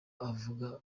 avuga